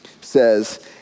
says